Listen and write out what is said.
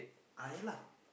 ah ya lah